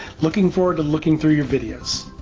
looking forward to looking through your videos!